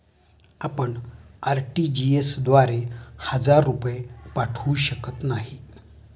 आपण आर.टी.जी.एस द्वारे हजार रुपये पाठवू शकत नाही